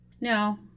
no